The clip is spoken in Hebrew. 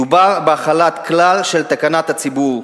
מדובר בהחלת כלל של תקנת הציבור,